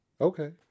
Okay